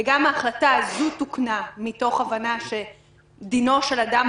גם ההחלטה הזאת תוקנה מתוך הבנה שדינו של אדם